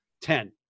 ten